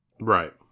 right